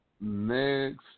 Next